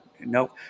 No